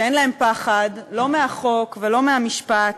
שאין להם פחד לא מהחוק ולא מהמשפט,